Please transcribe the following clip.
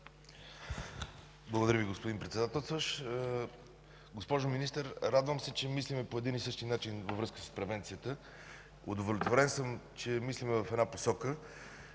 Благодаря, господин Председател. Госпожо Министър, радвам се, че мислим по един и същи начин във връзка с превенцията. Удовлетворен съм, че мислим в една посока.